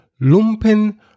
lumpen